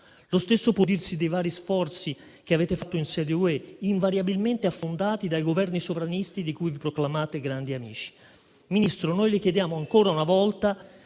Lo stesso può dirsi dei vari sforzi che avete fatto in sede europea, invariabilmente affondati dai Governi sovranisti di cui vi proclamate grandi amici. Signor Ministro, le chiediamo ancora una volta